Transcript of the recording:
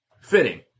fitting